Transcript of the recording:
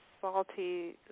salty